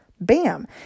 Bam